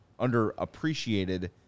underappreciated